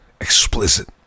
explicit